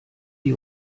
die